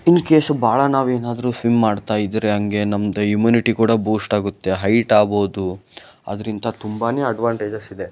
ಇನ್ case ಬಹಳ ನಾವೇನಾದರೂ swim ಮಾಡ್ತಾಯಿದ್ರೆ ಹಾಗೆ ನಮ್ಮದು ಇಮ್ಮ್ಯೂನಿಟಿ ಕೂಡ ಬೂಸ್ಟಾಗುತ್ತೆ ಹೈಟಾಗ್ಬೋದು ಅದ್ರಿಂದ ತುಂಬನೇ ಅಡ್ವಾಂಟೇಜಸಿದೆ